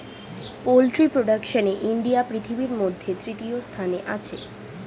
poultry প্রোডাকশনে India পৃথিবীর মধ্যে তৃতীয় স্থানে আছে